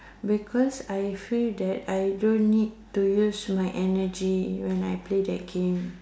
because I feel that I don't need to use my energy when I play that game